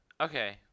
Okay